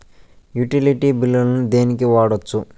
Utility బిల్లులను దేనికి వాడొచ్చు?